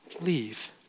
leave